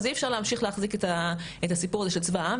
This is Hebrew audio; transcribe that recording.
אז אי אפשר להמשיך להחזיק את הסיפור הזה של צבא העם,